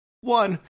one